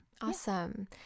awesome